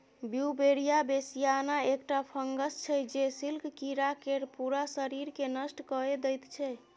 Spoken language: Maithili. बीउबेरिया बेसियाना एकटा फंगस छै जे सिल्क कीरा केर पुरा शरीरकेँ नष्ट कए दैत छै